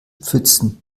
pfützen